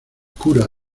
cura